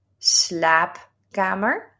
slaapkamer